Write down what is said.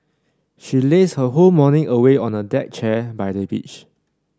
she lazed her whole morning away on a deck chair by the beach